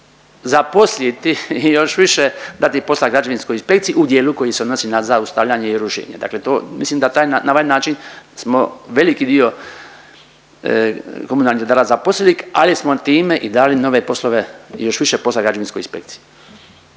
zaposliti i još više dati posla građevinskoj inspekciji u dijelu koji se odnosi na zaustavljanje i rušenje. Dakle to, mislim da taj, na ovaj način smo veliki dio komunalnih redara zaposlili ali smo time i dali nove poslove i još više posla građevinskoj inspekciji.